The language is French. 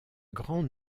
grand